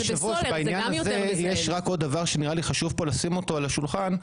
בעניין הזה יש רק עוד דבר שחשוב לשים אותו על השולחן.